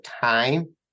time